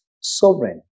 sovereign